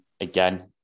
again